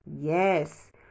Yes